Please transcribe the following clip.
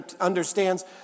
understands